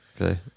okay